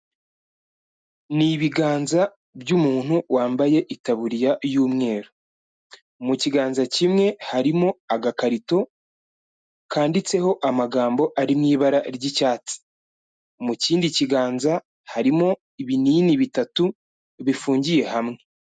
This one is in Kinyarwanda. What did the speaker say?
Ni ibiganza by'umuntu wambaye ikaburiya y'umweru, mu kiganza kimwe harimo agakarito kanditseho amagambo ari mu ibara ry'icyatsi, mu kindi kiganza harimo ibinini bitatu bifungiye hamwe.